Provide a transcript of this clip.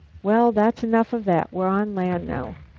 well, that's enough of that we're on land now.